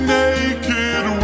naked